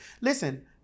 listen